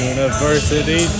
University